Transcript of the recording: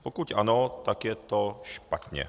Pokud ano, tak je to špatně.